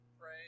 pray